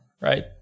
right